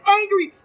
angry